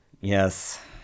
Yes